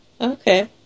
Okay